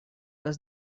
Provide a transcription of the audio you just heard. was